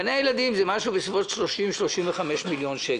גני הילדים זה משהו בסביבות 30, 35 מיליון שקלים.